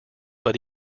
but